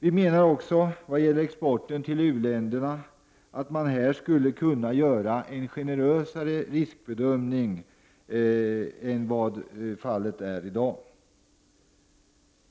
Vi menar också i vad gäller exporten till u-länderna att man skulle kunna göra en generösare riskbedömning än vad som är fallet i dag.